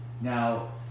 now